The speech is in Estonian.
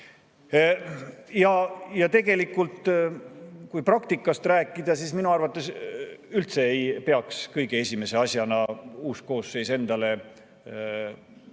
Tegelikult, kui praktikast rääkida, siis minu arvates küll ei peaks kõige esimese asjana uus koosseis endale kohe